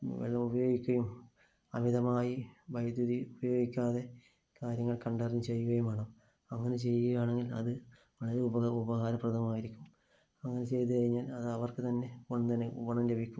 വെള്ളം ഉപയോഗിക്കുകയും അമിതമായി വൈദ്യുതി ഉപയോഗിക്കാതെ കാര്യങ്ങൾ കണ്ടറിഞ്ഞ് ചെയ്യുകയും വേണം അങ്ങനെ ചെയ്യുകയാണെങ്കിൽ അത് വളരെ ഉപകാരപ്രദമായിരിക്കും അങ്ങനെ ചെയ്തു കഴിഞ്ഞാൽ അതവർക്ക് തന്നെ ഗുണം ലഭിക്കും